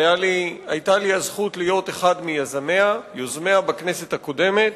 שהיתה לי הזכות להיות אחד מיוזמיה בכנסת הקודמת,